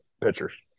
pitchers